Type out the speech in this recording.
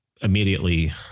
immediately